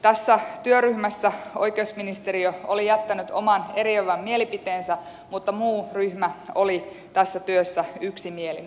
tässä työryhmässä oikeusministeriö oli jättänyt oman eriävän mielipiteensä mutta muu ryhmä oli tässä työssä yksimielinen